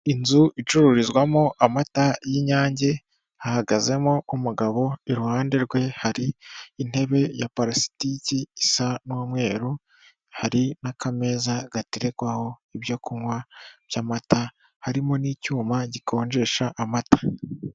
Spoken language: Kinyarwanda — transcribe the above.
Inzu icururizwamo amata y'Inyange hahagazemo umugabo iruhande rwe hari intebe ya palasitiki isa n'umweru, hari n'akameza gaterekwaho ibyo kunywa by'amata harimo n'icyuma gikonjesha amata.